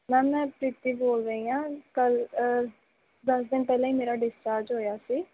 ma'am ਮੈਂ ਪ੍ਰੀਤੀ ਬੋਲ ਰਹੀ ਹਾਂ ਕੱਲ੍ਹ ਦਸ ਦਿਨ ਪਹਿਲਾਂ ਹੀ ਮੇਰਾ ਡਿਸਚਾਰਜ ਹੋਇਆ ਸੀ